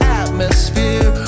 atmosphere